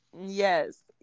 Yes